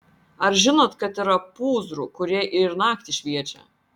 ar žinot kad yra pūzrų kurie ir naktį šviečia